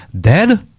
dead